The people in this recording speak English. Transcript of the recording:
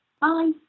Bye